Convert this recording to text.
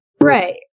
Right